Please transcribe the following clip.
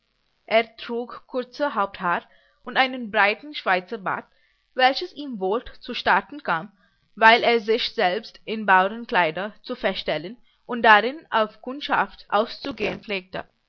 er trug kurze haupthaar und einen breiten schweizerbart welches ihm wohl zustatten kam weil er sich selbst in baurenkleider zu verstellen und darin auf kundschaft auszugehen pflegte